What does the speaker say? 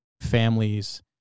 families